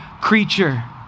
creature